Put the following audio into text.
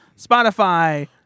Spotify